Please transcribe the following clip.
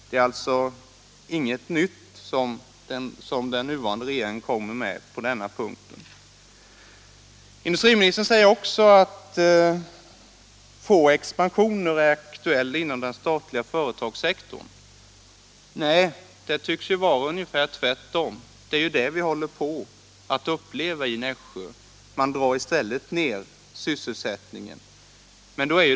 Det är alltså inget nytt som den nuvarande regeringen kommer med på den punkten. Industriministern säger också att få expansioner är aktuella inom den statliga företagssektorn. Ja, det tycks vara ungefär tvärtom — det är ju det vi upplever i Nässjö, man drar i stället ned sysselsättningen.